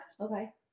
Okay